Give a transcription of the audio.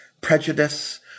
prejudice